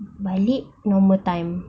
like late normal time